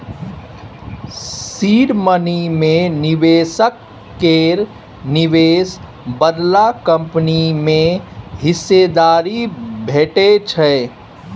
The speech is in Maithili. सीड मनी मे निबेशक केर निबेश बदला कंपनी मे हिस्सेदारी भेटै छै